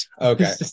okay